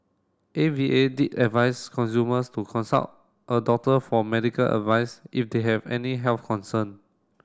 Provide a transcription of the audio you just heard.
A V A did advice consumers to consult a doctor for medical advice if they have any health concern